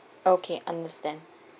okay understand